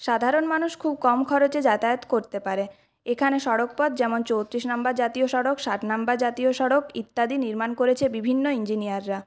সাধারণ মানুষ খুব কম খরচে যাতায়াত করতে পারে এখানে সড়কপথ যেমন চৌত্রিশ নম্বর জাতীয় সড়ক সাত নম্বর জাতীয় সড়ক ইত্যাদি নির্মাণ করেছে বিভিন্ন ইঞ্জিনিয়াররা